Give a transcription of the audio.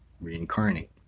reincarnate